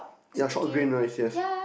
yea short green rice yes